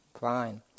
fine